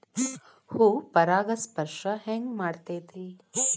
ಹೂ ಪರಾಗಸ್ಪರ್ಶ ಹೆಂಗ್ ಮಾಡ್ತೆತಿ?